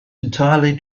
entirely